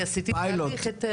פיילוט?